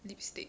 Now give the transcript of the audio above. lipstick